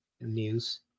news